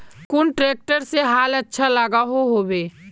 कुन ट्रैक्टर से हाल अच्छा लागोहो होबे?